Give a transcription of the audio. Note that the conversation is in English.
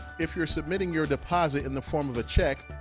if you're submitting your deposit in the form of a check,